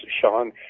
Sean